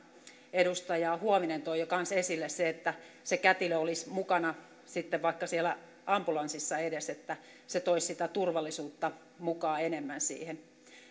edustaja huovinen toi jo myös esille että se kätilö olisi mukana sitten vaikka siellä ambulanssissa edes että se toisi turvallisuutta mukaan enemmän siihen